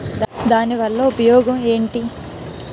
దాని వల్ల ఉపయోగం ఎంటి?